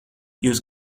jūs